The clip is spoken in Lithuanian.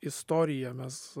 istoriją mes